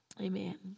Amen